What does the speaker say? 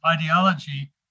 ideology